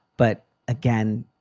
but again,